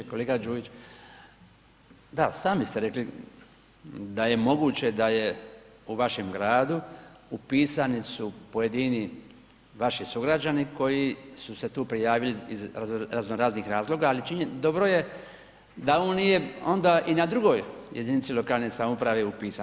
Kolega Đujić, da sami ste rekli da je moguće da je u vašem gradu upisani su pojedini vaši sugrađani koji su se tu prijavili iz razno raznih razloga, al dobro je da on nije onda i na drugoj jedinici lokalne samouprave upisan.